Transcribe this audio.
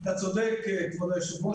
אתה צודק כבוד היושב-ראש,